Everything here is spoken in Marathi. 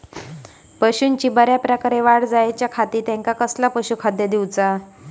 पशूंची बऱ्या प्रकारे वाढ जायच्या खाती त्यांका कसला पशुखाद्य दिऊचा?